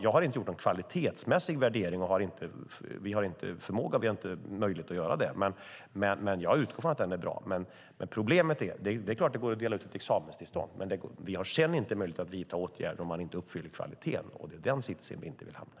Jag har inte gjort någon kvalitetsmässig värdering. Vi har inte förmåga och möjlighet att göra det. Jag utgår från att den är bra. Det är klart att det går att dela ut ett examenstillstånd, men problemet är att vi sedan inte har möjlighet att vidta åtgärder om de inte uppfyller kvalitetskraven. Det är den sitsen vi inte vill hamna i.